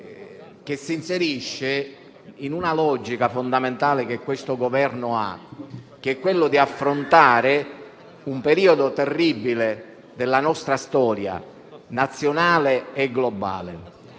che si inserisce in una logica fondamentale di questo Governo, quella cioè di affrontare un periodo terribile della nostra storia nazionale e globale.